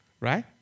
Right